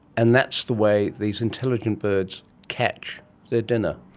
and that's the way these intelligent birds catch their dinner.